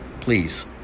Please